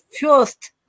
first